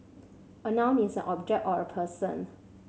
a noun is an object or a person